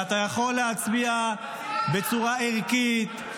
ואתה יכול להצביע בצורה ערכית,